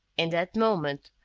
in that moment,